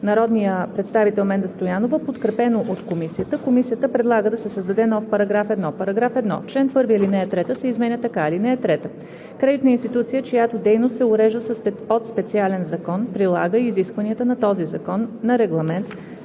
народния представител Менда Стоянова, подкрепено от Комисията. Комисията предлага да се създаде нов § 1: „§ 1. В чл. 1 ал. 3 се изменя така: „(3) Кредитна институция, чиято дейност се урежда от специален закон, прилага и изискванията на този закон, на Регламент